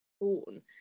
born